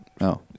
No